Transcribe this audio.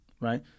right